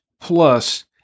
Plus